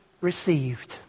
received